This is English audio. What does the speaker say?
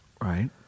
Right